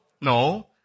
No